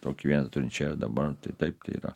tokį vienetą turint čia ir dabar taip tai yra